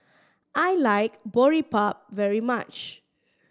I like Boribap very much